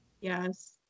Yes